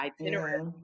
itinerary